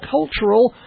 Cultural